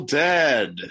dead